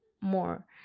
more